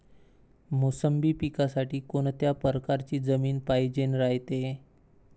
मोसंबी पिकासाठी कोनत्या परकारची जमीन पायजेन रायते?